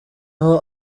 aho